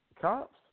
cops